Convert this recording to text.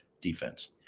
defense